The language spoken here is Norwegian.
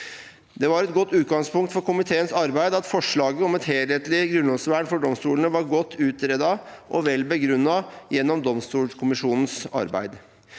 Det var et godt utgangspunkt for komiteens arbeid at forslaget om et helhetlige grunnlovsvern for domstolene var godt utredet og vel begrunnet gjennom domstolkommisjonens arbeid.